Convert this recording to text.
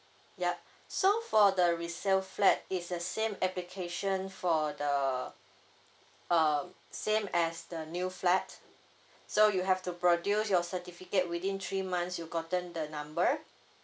yup so for the resale flat it's the same application for the um same as the new flat so you have to produce your certificate within three months you gotten the number